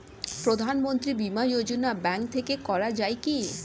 প্রধানমন্ত্রী বিমা যোজনা ব্যাংক থেকে করা যায় কি?